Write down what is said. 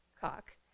cock